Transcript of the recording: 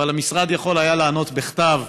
אבל המשרד יכול היה לענות בכתב.